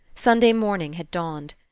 sunday morning had dawned.